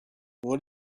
what